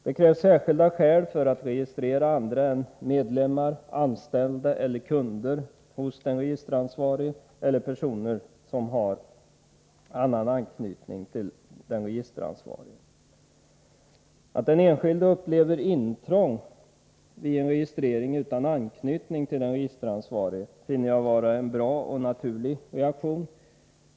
Det krävs särskilda skäl för att registrera andra än medlemmar, anställda eller kunder hos den registeransvarige eller personer som har annan anknytning till den registeransvarige. Att den enskilde upplever det som intrång vid en registrering utan anknytning till den registeransvarige finner jag vara en bra och naturlig reaktion.